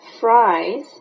fries